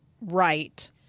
right